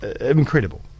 incredible